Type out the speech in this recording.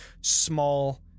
small